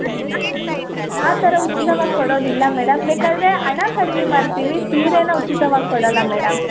ಆ ಥರ ಆ ಥರ ಉಚಿತವಾಗಿ ಕೊಡೋದಿಲ್ಲ ಮೇಡಮ್ ಬೇಕಾದರೆ ಹಣ ಕಡ್ಮೆ ಮಾಡ್ತೀವಿ ಸೀರೆನಾ ಉಚಿತವಾಗಿ ಕೊಡಲ್ಲ ಮೇಡಮ್